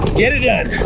get it done.